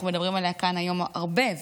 אנחנו מדברים עליה כאן הרבה היום,